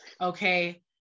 okay